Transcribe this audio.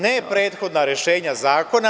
Ne prethodna rešenja zakona.